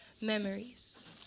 Memories